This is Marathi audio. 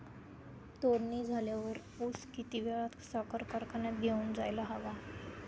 तोडणी झाल्यावर ऊस किती वेळात साखर कारखान्यात घेऊन जायला हवा?